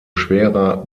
schwerer